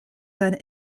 seine